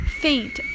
Faint